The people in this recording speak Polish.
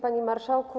Panie Marszałku!